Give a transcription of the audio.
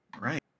Right